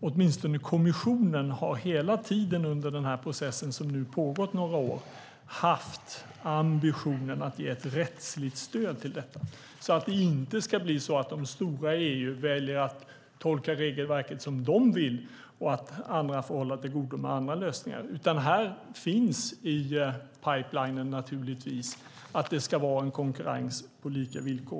åtminstone kommissionen hela tiden under den process som nu har pågått några år har haft ambitionen att ge ett rättsligt stöd till detta så att det inte ska bli så att de stora i EU väljer att tolka regelverket som de vill och att andra får hålla till godo med andra lösningar. Här finns naturligtvis i pipelinen att det ska vara konkurrens på lika villkor.